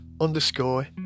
underscore